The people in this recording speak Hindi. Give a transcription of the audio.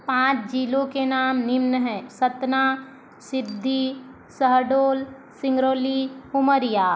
पाँच जिलों के नाम निम्न है सतना सिद्धी सहडोल सिंगरोली उमरिया